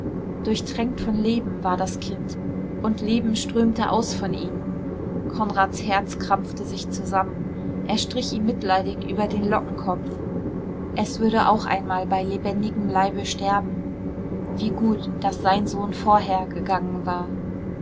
durchtränkt von leben war das kind und leben strömte aus von ihm konrads herz krampfte sich zusammen er strich ihm mitleidig über den lockenkopf es würde auch einmal bei lebendigem leibe sterben wie gut daß sein sohn vorher gegangen war